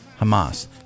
Hamas